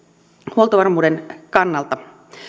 huoltovarmuuden kannalta